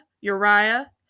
Uriah